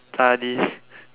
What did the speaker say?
study